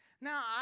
Now